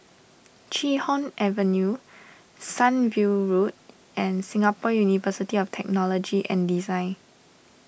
Chee Hoon Avenue Sunview Road and Singapore University of Technology and Design